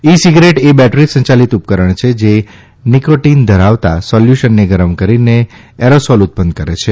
ઇ cigarette એ battery સંચાલિત ઉપકરણ છે જે નિકાટિન ધરાવતા સાલ્યુશનને ગરમ કરીને એરાલાલ ઉત્પન્ન કરે છે